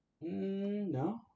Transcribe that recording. No